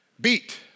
beat